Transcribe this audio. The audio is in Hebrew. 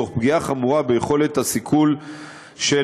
תוך פגיעה חמורה ביכולת הסיכול של